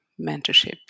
mentorship